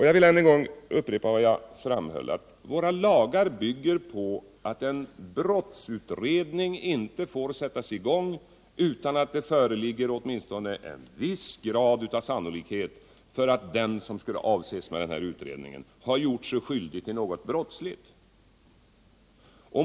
Jag vill upprepa att våra lagar bygger på att en brottsutredning inte får sättas i gång utan att det föreligger åtminstone en viss grad av sannolikhet för att den som skulle avses med utredningen har gjort sig skyldig till något brottsligt.